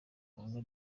kundwa